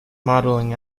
modelling